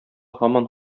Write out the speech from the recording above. һаман